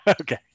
okay